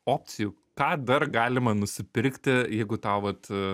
opcijų ką dar galima nusipirkti jeigu tau vat